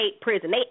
prison